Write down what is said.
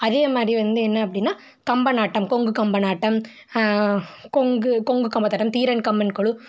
அதேமாதிரி வந்து என்ன அப்படின்னா கம்பனாட்டம் கொங்கு கம்பனாட்டம் கொங்கு கொங்கு கம்பத்தட்டம் தீரன் கம்பன் குழு